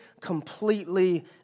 completely